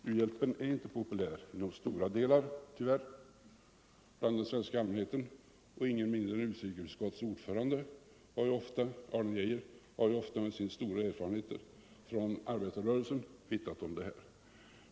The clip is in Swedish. U-hjälpen är tyvärr inte populär inom stora delar av den svenska allmänheten. Ingen mindre än utrikesutskottets ordförande Arne Geijer med sin stora erfarenhet från arbetarrörelsen har ofta vittnat om det.